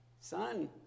son